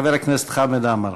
ואחריה, חבר הכנסת חמד עמאר.